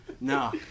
no